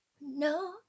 No